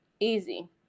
easy